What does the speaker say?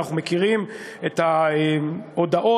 ואנחנו מכירים את ההודעות,